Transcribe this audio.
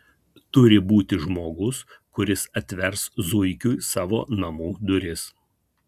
turi būti žmogus kuris atvers zuikiui savo namų duris